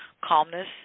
calmness